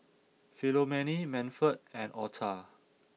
Philomene Manford and Otha